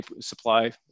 supply